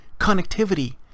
connectivity